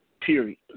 period